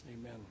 Amen